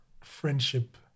friendship